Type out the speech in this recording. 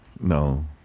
No